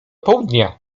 południa